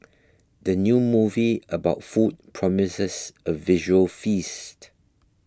the new movie about food promises a visual feast